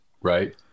Right